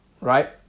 right